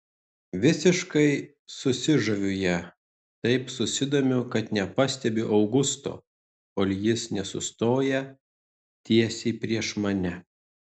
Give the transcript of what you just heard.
visiškai susižaviu ja taip susidomiu kad nepastebiu augusto kol jis nesustoja tiesiai prieš mane